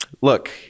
look